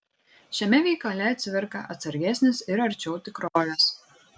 šiame veikale cvirka atsargesnis ir arčiau tikrovės